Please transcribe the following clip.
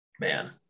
Man